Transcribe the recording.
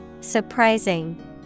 Surprising